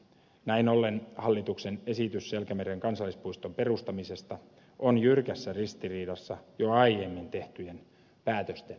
näin ollen hallituksen esitys selkämeren kansallispuiston perustamisesta on jyrkässä ristiriidassa jo aiemmin tehtyjen päätösten kanssa